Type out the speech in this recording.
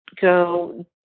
go